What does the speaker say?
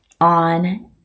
on